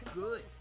good